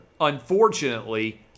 Unfortunately